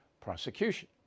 prosecution